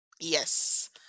Yes